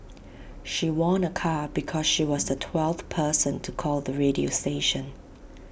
she won A car because she was the twelfth person to call the radio station